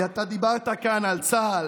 כי אתה דיברת כאן על צה"ל,